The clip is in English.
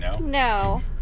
No